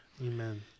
Amen